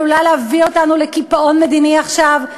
עלולה להביא אותנו לקיפאון מדיני עכשיו,